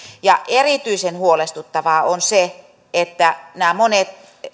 ja erityisen huolestuttavaa on se että nämä monet